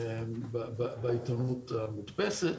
בעיתונות המודפסת.